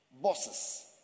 bosses